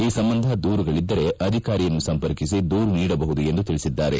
ಈ ಸಂಬಂಧ ದೂರುಗಳಿದ್ದರೆ ಅಧಿಕಾರಿಯನ್ನು ಸಂಪರ್ಕಿಸಿ ದೂರು ನೀಡಬಹುದು ಎಂದು ತಿಳಿಸಿದ್ದಾರೆ